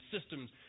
systems